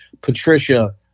Patricia